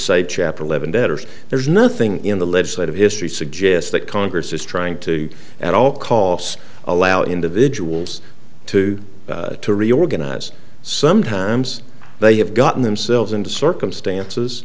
say chapter eleven debtors there's nothing in the legislative history suggests that congress is trying to at all costs allow individuals to to reorganize sometimes they have gotten themselves into circumstances